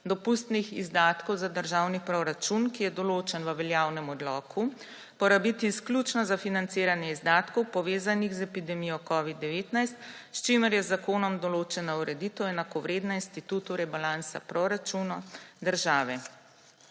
dopustnih izdatkov za državni proračun, ki je določen v veljavnem odloku, porabiti izključno za financiranje izdatkov, povezanih z epidemijo covida-19, s čimer je z zakonom določena ureditev enakovredna institutu rebalansa proračuna države.